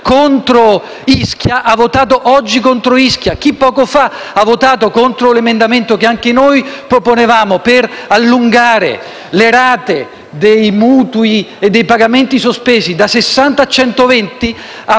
contro Ischia ha votato contro Ischia; chi poco fa ha votato contro l'emendamento che anche noi proponevamo per allungare le rate dei mutui e dei pagamenti sospesi da 60 a 120,